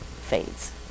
fades